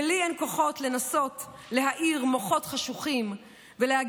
/ ולי אין כוחות / לנסות להעיר / מוחות חשוכים / ולצאת מהעיר /